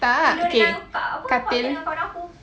tak okay katil